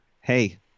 Hey